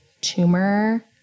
tumor